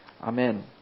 Amen